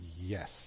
Yes